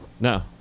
No